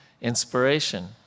Inspiration